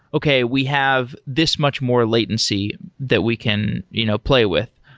okay, we have this much more latency that we can you know play with.